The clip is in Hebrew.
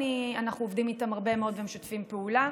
אנחנו עובדים איתם הרבה מאוד והם משתפים פעולה.